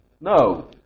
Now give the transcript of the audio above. no